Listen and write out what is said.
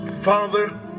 Father